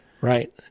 Right